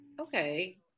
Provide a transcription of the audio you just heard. Okay